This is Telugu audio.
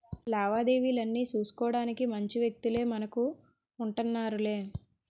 లావాదేవీలన్నీ సూసుకోడానికి మంచి వ్యక్తులే మనకు ఉంటన్నారులే